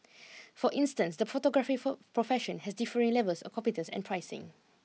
for instance the photography profession has differing levels of competence and pricing